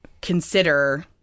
consider